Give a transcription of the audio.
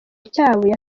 cyabo